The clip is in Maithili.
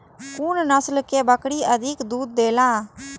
कुन नस्ल के बकरी अधिक दूध देला?